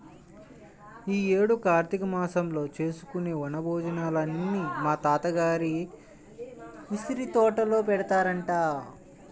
యీ యేడు కార్తీక మాసంలో చేసుకునే వన భోజనాలని మా తాత గారి ఉసిరితోటలో పెడతారంట